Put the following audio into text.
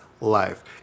life